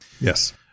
yes